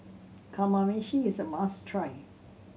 Kamameshi is a must try